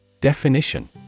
Definition